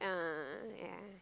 a'ah a'ah yeah